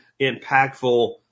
impactful